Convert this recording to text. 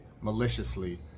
maliciously